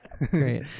Great